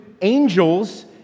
angels